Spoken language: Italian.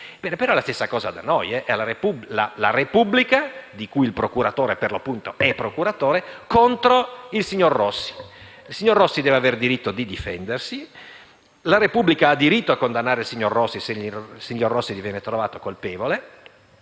potente. La stessa cosa accade da noi: è la Repubblica, di cui l'accusatore per l'appunto è il procuratore, contro il signor Rossi. Il signor Rossi deve avere il diritto di difendersi, la Repubblica ha diritto a condannare il signor Rossi se quest'ultimo viene trovato colpevole,